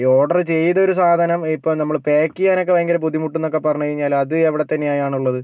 ഈ ഓർഡർ ചെയ്ത ഒരു സാധനം ഇപ്പം നമ്മള് പാക്ക് ചെയ്യാനൊക്കെ ഭയങ്കര ബുദ്ധിമുട്ടെന്നൊക്കെ പറഞ്ഞ് കഴിഞ്ഞാല് അത് എവിടത്തെ ന്യായമാണ് ഉള്ളത്